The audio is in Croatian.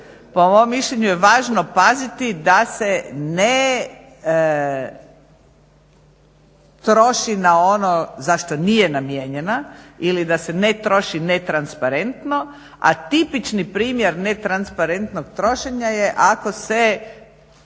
po mom mišljenju je važno paziti da se ne troši na ono za što nije namijenjena ili da se ne troši netransparentno, a tipični primjer netransparentnog trošenja je ako se